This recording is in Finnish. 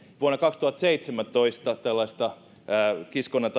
vuonna kaksituhattaseitsemäntoista tällaisesta kiskonnan